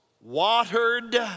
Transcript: watered